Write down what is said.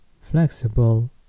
flexible